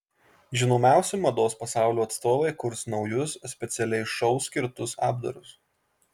žinomiausi mados pasaulio atstovai kurs naujus specialiai šou skirtus apdarus